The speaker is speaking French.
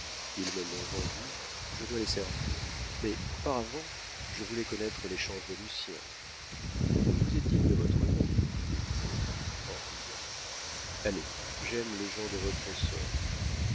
ils me l'ont vendu je dois les servir mais auparavant je voulais connaître les chances de lucien vous êtes digne de votre nom dit des lupeaulx en riant allez j'aime les gens de votre sorte